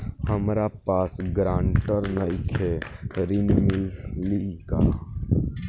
हमरा पास ग्रांटर नईखे ऋण मिली का?